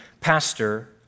Pastor